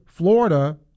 Florida